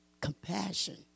compassion